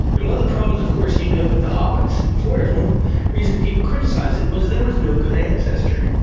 and one of the problems of course you know with the hobbits in flores, one reason people criticised it was there was no good ancestor.